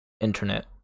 internet